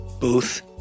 booth